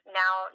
now